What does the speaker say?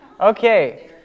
Okay